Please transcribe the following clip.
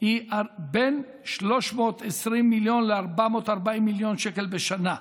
היא בין 320 מיליון ל-440 מיליון שקל בשנה.